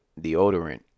deodorant